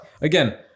again